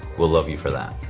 we'll love you for that.